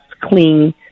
clean